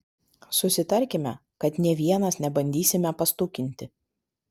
susitarkime kad nė vienas nebandysime pastukinti